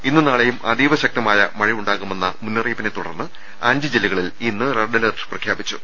ഇന്നും നാളെയും അതീവ ശക്തമായ മഴയുണ്ടാകുമെന്ന മുന്നറിയിപ്പിനെ തുടർന്ന് അഞ്ച് ജില്ല കളിൽ ഇന്ന് റെഡ് അലർട്ട് പ്രഖ്യാപിച്ചു